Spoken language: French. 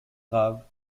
graves